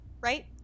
right